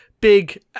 big